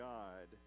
God